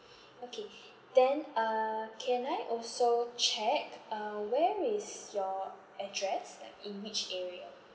okay then uh can I also check uh where is your address like in which area